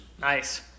Nice